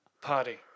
party